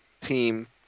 team